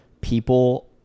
people